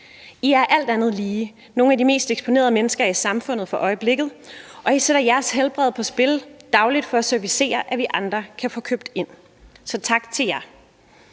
I er alt andet lige nogle af de mest eksponerede mennesker i samfundet for øjeblikket, og I sætter jeres helbred på spil dagligt for at servicere os andre, så vi kan få købt ind. Så tak til jer.